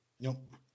nope